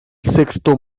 sexto